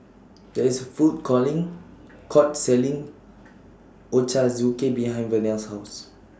There IS A Food calling Court Selling Ochazuke behind Vernell's House